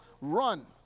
run